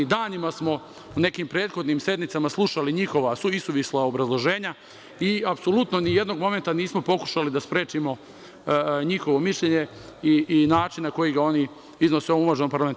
Danima smo na nekim prethodnim sednicama slušali njihova isuvisla obrazloženja i apsolutno nijednog momenta nismo pokušali da sprečimo njihovo mišljenje i način na koji ga oni iznose u ovom uvaženom parlamentu.